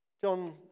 John